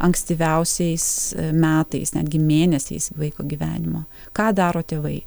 ankstyviausiais metais netgi mėnesiais vaiko gyvenimo ką daro tėvai